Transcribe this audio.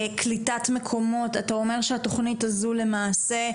קליטת מקומות ,אתה אומר שהתוכנית הזהו למעשה,